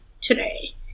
today